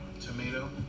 tomato